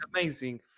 amazing